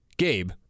Gabe